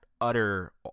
utter